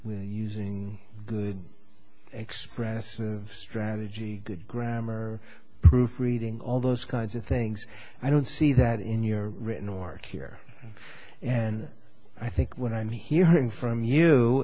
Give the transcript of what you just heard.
with using good expressive strategy good grammar proofreading all those kinds of things i don't see that in your written work here and i think what i'm hearing from you